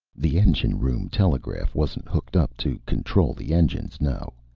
the engine-room telegraph wasn't hooked up to control the engines, no.